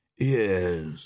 Yes